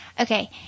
Okay